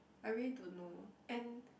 I really don't know and